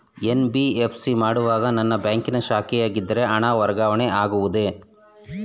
NBFC ಮಾಡುವಾಗ ನನ್ನ ಬ್ಯಾಂಕಿನ ಶಾಖೆಯಾಗಿದ್ದರೆ ಹಣ ವರ್ಗಾವಣೆ ಆಗುವುದೇ?